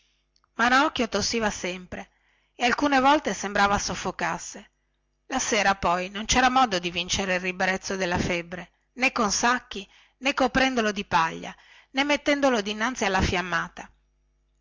ranocchio tossiva sempre e alcune volte sembrava soffocasse e la sera non cera modo di vincere il ribrezzo della febbre nè con sacchi nè coprendolo di paglia nè mettendolo dinanzi alla fiammata